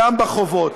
גם בחובות,